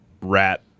rat